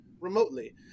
remotely